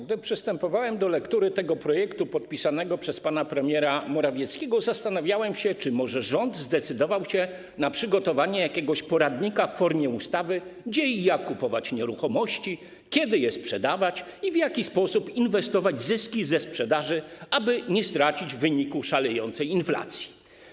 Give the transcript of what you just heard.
Gdy przystępowałem do lektury tego projektu podpisanego przez pana premiera Morawieckiego, zastanawiałem się, czy może rząd zdecydował się na przygotowanie jakiegoś poradnika w formie ustawy, gdzie i jak kupować nieruchomości, kiedy je sprzedawać i w jaki sposób inwestować zyski ze sprzedaży, aby nie stracić w wyniku szalejącej inflacji.